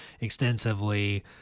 extensively